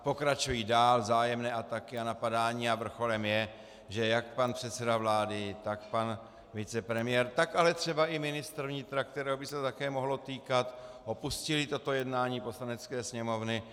Pokračují dál vzájemné ataky a napadání a vrcholem je, že jak pan předseda vlády, tak pan vicepremiér, tak ale třeba i ministr vnitra, kterého by se to také mohlo týkat, opustili toto jednání Poslanecké sněmovny.